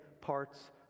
parts